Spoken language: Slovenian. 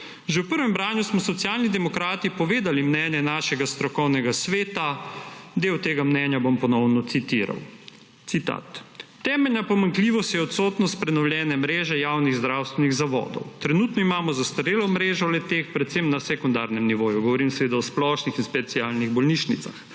Že v prvem branju smo Socialni demokrati povedali mnenje našega strokovnega sveta. Del tega mnenja bom ponovno citiral: »Temeljna pomanjkljivost je odsotnost prenovljene mreže javnih zdravstvenih zavodov. Trenutno imamo zastarelo mrežo le-teh predvsem na sekundarnem nivoju«. Govorim seveda o splošnih in specialnih bolnišnicah.